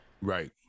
right